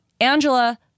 Angela